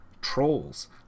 Trolls